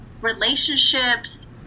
relationships